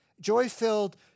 Joy-filled